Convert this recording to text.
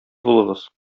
булыгыз